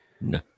No